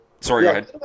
sorry